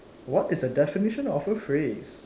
what is a definition of a phrase